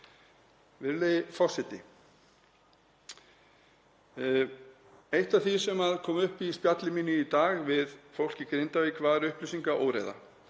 Virðulegi forseti. Eitt af því sem kom upp í spjalli mínu í dag við fólk frá Grindavík var upplýsingaóreiða.